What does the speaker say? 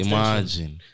Imagine